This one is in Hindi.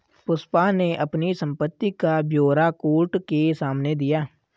पुष्पा ने अपनी संपत्ति का ब्यौरा कोर्ट के सामने दिया